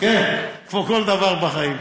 כן, כמו כל דבר בחיים.